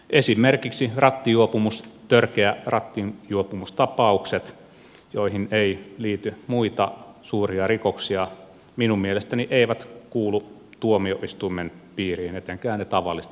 esimerkiksi törkeät rattijuopumustapaukset joihin ei liity muita suuria rikoksia minun mielestäni eivät kuulu tuomioistuimen piiriin etenkään ne tavalliset rattijuopumukset